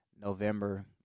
November